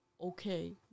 okay